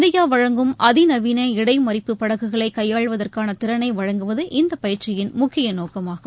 இந்தியாவழங்கும் அதிநவீன இடைமறிப்பு படகுகளைகையாள்வதற்கானதிறனைவழங்குவது இந்தபயிற்சியின் முக்கியநோக்கமாகும்